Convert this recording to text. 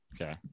Okay